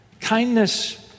Kindness